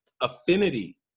affinity